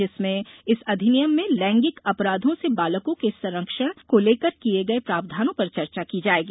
जिसमें इस अधिनियम में लैंगिक अपराधों से बालकों के संरक्षण को लेकर दिये गए प्रावधानों पर चर्चा की जायेगी